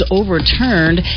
overturned